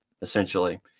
essentially